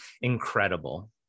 incredible